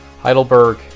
Heidelberg